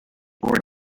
bored